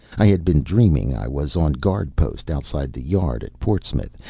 i had been dreaming i was on guard post outside the yard at portsmouth,